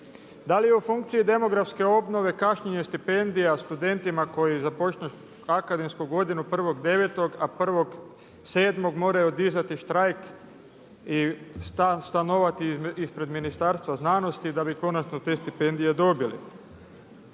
Da li je u funkciji demografske obnove kašnjenje stipendija studentima koji započnu akademsku godinu 1.9. a 1.7. moraju održati štrajk i stanovati ispred Ministarstva znanosti da bi konačno te stipendije dobili.